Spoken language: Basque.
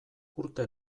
urte